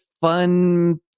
fun